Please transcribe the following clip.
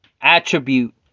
attribute